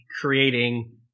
creating